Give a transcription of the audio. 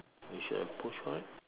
we should have pushed for it